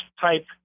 type